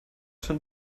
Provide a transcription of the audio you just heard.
schon